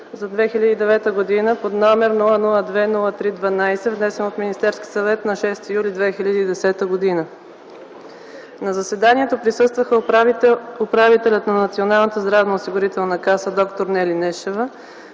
за 2009 г., № 002-03-12, внесен от Министерския съвет на 6 юли 2010 г. На заседанието присъстваха управителят на Националната здравноосигурителна каса д-р Нели Нешева,